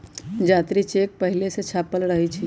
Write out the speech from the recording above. जात्री चेक पहिले से छापल रहै छइ